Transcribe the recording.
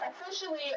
officially